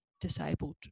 disabled